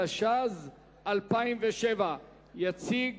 התשס"ז 2007. יציג